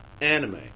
anime